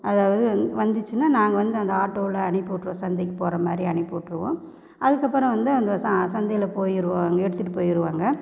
அதாவது வந்துச்சுன்னா நாங்கள் வந்து அந்த ஆட்டோவில அனுப்பிவிட்ருவோம் சந்தைக்கு போகற மாதிரி அனுப்பிவிட்ருவோம் அதுக்கு அப்புறம் வந்து அந்த ச சந்தையில் போயிருவாங்க எடுத்துகிட்டு போயிருவாங்க